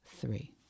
three